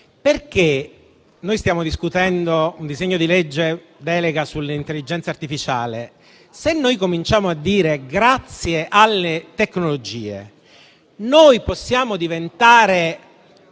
Noi stiamo discutendo un disegno di legge delega sull'intelligenza artificiale. Se cominciamo a dire che, grazie alle tecnologie, possiamo diventare